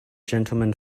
gentleman